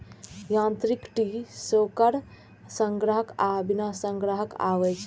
यांत्रिक tree shaker संग्राहक आ बिना संग्राहक के आबै छै